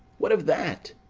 what of that?